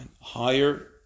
higher